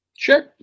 Sure